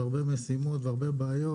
הרבה משימות והרבה בעיות,